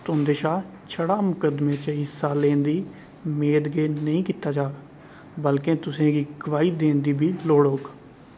तुं'दे शा छड़ा मुक़दमे च हिस्सा लैनी दी मेद गेद नेईं कीती जा बल्के तुसेंगी गवाही देनी दी बी लोड़ होग